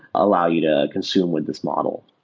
allow you to consume with this model